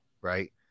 Right